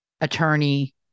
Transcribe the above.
attorney